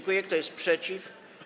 Kto jest przeciw?